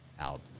Out